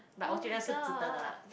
oh-my-god